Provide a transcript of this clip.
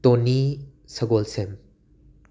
ꯇꯣꯅꯤ ꯁꯒꯣꯜꯁꯦꯝ